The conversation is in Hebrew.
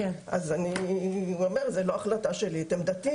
אני אומרת, זו לא החלטה שלי, את עמדתי